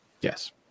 yes